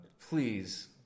please